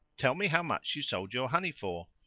tell me how much you sold your honey for?